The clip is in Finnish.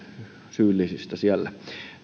syyllisistä siellä